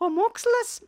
o mokslas